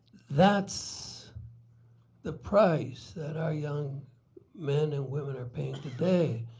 that's the price that our young men and women are paying today.